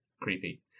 creepy